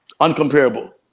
uncomparable